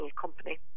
company